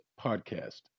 Podcast